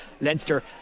Leinster